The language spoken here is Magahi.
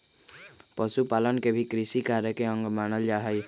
पशुपालन के भी कृषिकार्य के अंग मानल जा हई